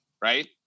right